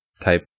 type